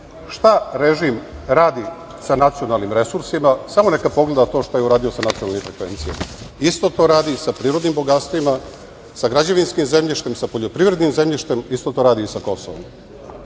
šta režim radi sa nacionalnim resursima, samo neka pogleda to šta je uradio sa nacionalnim frekvencijama. Isto to radi sa prirodnim bogatstvima, sa građevinskim zemljištem, sa poljoprivrednim zemljištem, isto to radi i sa Kosovom. Poseban